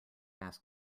ask